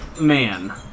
man